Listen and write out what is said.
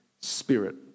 spirit